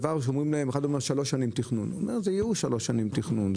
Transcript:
אחד אומר שלוש שנים תכנון זה ייאוש שלוש שנים תכנון.